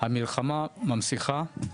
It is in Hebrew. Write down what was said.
המלחמה ממשיכה,